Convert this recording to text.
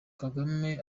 kagame